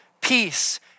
peace